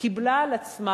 קיבלה על עצמה,